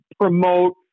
promote